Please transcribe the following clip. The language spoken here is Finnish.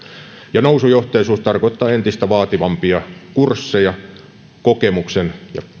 ja nousujohteisuus tarkoittaa entistä vaativampia kursseja kokemuksen